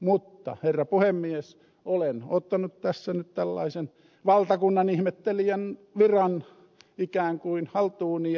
mutta herra puhemies olen ottanut tässä nyt tällaisen valtakunnanihmettelijän viran ikään kuin haltuuni